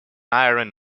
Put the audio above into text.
iron